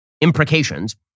imprecations